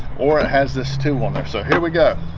or it has this tomb on there? so here we go